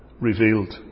revealed